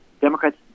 democrats